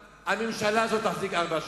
אני מבטיח לך, מולה, הממשלה הזאת תחזיק ארבע שנים,